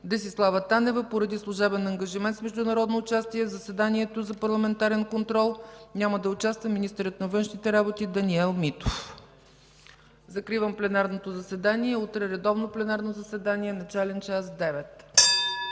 Десислава Танева. Поради служебен ангажимент с международно участие в заседанието за парламентарен контрол няма да участва министърът на външните работи Даниел Митов. Закривам пленарното заседание. Утре – редовно пленарно заседание с начален час